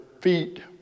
feet